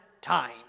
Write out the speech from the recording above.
time